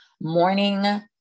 morning